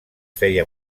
feia